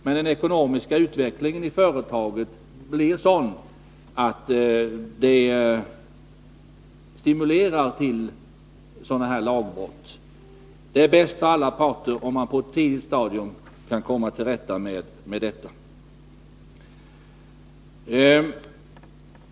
Den ekonomiska utvecklingen i företaget kan bli sådan att den stimulerar till dylika lagbrott. Det är bäst för alla parter om man på ett tidigt stadium kan komma till rätta med detta.